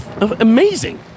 amazing